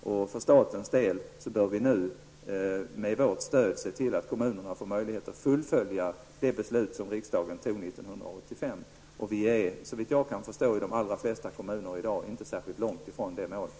Och staten bör med sitt stöd se till att kommunerna får möjlighet att fullfölja det beslut som riksdagen fattade 1985. Och man är, såvitt jag kan förstå, i de allra flesta kommuner i dag inte särskilt långt från det målet.